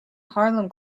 harlem